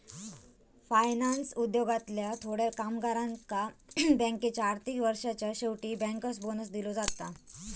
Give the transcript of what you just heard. finance उद्योगातल्या थोड्या कामगारांका बँकेच्या आर्थिक वर्षाच्या शेवटी बँकर्स बोनस दिलो जाता